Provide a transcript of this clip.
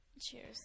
cheers